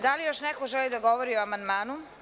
Da li još neko želi da govori o amandmanu?